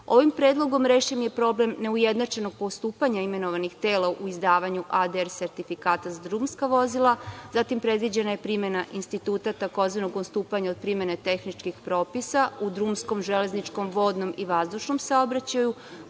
Ovim predlog rešen je problem neujednačenog postupanja imenovanih dela u izdavanju ADR sertifikata za drumska vozila, zatim predviđena je primena instituta tzv. odstupanja od primena tehničkih propisa u drumskom, železničkom, vodnom i vazdušnom saobraćaju